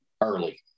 early